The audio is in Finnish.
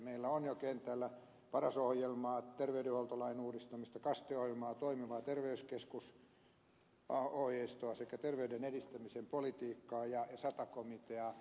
meillä on jo kentällä paras ohjelmaa terveydenhuoltolain uudistamista kaste ohjelmaa toimiva terveyskeskus ohjeistoa sekä terveyden edistämisen politiikkaa ja sata komiteaa